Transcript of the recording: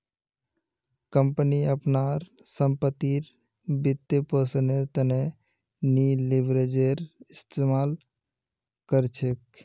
company अपनार संपत्तिर वित्तपोषनेर त न लीवरेजेर इस्तमाल कर छेक